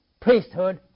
priesthood